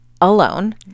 alone